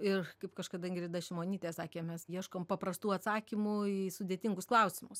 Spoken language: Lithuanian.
ir kaip kažkada ingrida šimonytė sakė mes ieškom paprastų atsakymų į sudėtingus klausimus